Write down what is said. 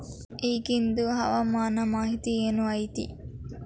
ಇಗಿಂದ್ ಹವಾಮಾನ ಮಾಹಿತಿ ಏನು ಐತಿ?